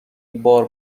بار